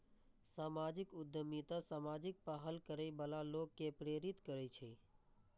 सामाजिक उद्यमिता सामाजिक पहल करै बला लोक कें प्रेरित करै छै